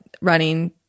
running